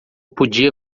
podia